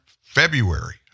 February